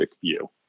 view